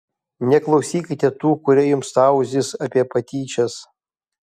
neklausykite tų kurie jums tauzys apie patyčias